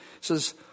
says